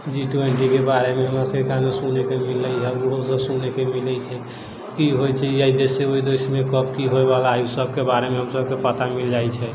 जी twenty के बारेमे ओहो सब सुनैके मिलै है उहो सब सुनैके मिलै छै की होइ छै अय देशसँ ओइ देशमे कब की होइवला है सबके बारेमे हमसबके पता मिल जाइ छै